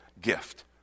gift